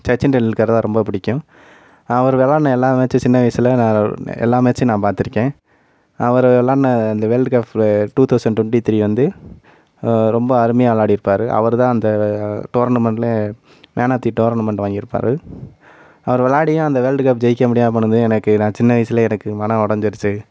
சச்சின் டெண்டுல்கர் தான் ரொம்ப பிடிக்கும் அவர் விளையாடின எல்லா மேட்ச்சும் சின்ன வயதுல நான் எல்லா மேட்ச்சும் நான் பார்த்துருக்கேன் அவர் விளையாடின இந்த world cup two thousand twenty three வந்து ரொம்ப அருமையாக விளையாடிருப்பார் அவர்தான் அந்த டோர்னமெண்ட்லே மேன் ஆஃப் தி டோர்னமெண்ட்டு வாங்கியிருப்பாரு அவர் விளையாடியும் அந்த வேர்ல்டு கப்பு ஜெயிக்க முடியாமல் போனது எனக்கு நான் சின்ன வயதிலே மனம் உடஞ்சிருச்சு